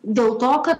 dėl to kad